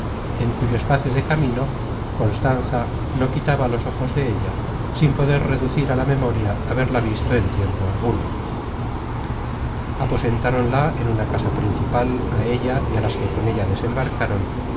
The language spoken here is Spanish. en cuyo espacio de camino constanza no quitaba los ojos de ella sin poder reducir á la memoria haberla visto en tiempo alguno aposentáronla en una casa principal á ella y á las que con ella desembarcaron